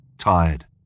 tired